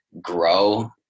grow –